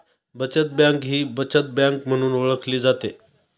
बचत बँक ही बचत बँक म्हणून ओळखली जाते